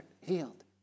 healed